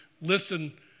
listen